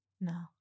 No